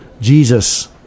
Jesus